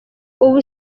ubu